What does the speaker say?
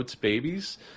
babies